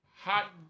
Hot